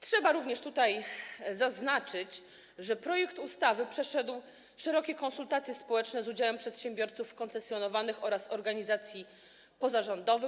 Trzeba również tutaj podkreślić, że projekt ustawy przeszedł szerokie konsultacje społeczne z udziałem przedsiębiorców koncesjonowanych oraz organizacji pozarządowych.